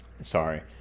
sorry